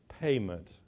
payment